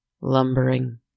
lumbering